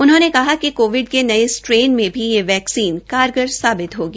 उन्होंने कहा कि कोविड के नये स्ट्रेन में भी यह वैक्सीन कारगर साबित होगी